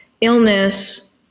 illness